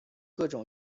各种